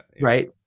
Right